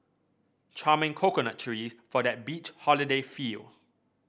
charming coconut trees for that beach holiday feel